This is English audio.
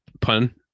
Pun